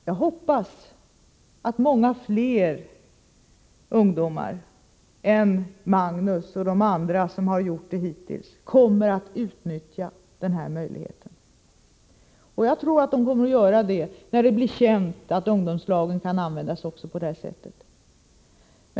Jag hoppas att många fler ungdomar än Magnus, som killen heter, och andra som gjort det hittills kommer att utnyttja den här möjligheten. Jag tror att många kommer att göra det när det blir känt att ungdomslagen kan användas också på det sättet.